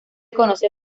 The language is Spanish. conocen